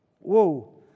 Whoa